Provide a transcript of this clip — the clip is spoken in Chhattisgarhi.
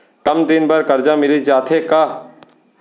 कम दिन बर करजा मिलिस जाथे का?